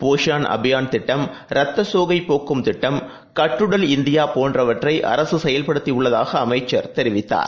போஷான் அபியான் திட்டம் ரத்தசோகைபோக்கும் திட்டம் கட்டுடல் இந்தியா போன்றவற்றை அரசு செயல்படுத்தியுள்ளதாக அமைச்சர் தெரிவித்தார்